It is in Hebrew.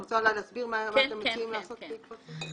את רוצה להסביר מה אתם מציעים לעשות בעקבות זה?